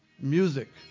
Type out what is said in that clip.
music